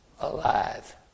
alive